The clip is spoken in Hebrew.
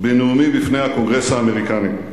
בנאומי בפני הקונגרס האמריקני,